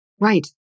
Right